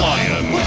Lion